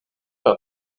par